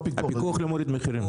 פיקוח לא מוריד מחירים.